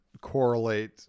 correlate